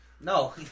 No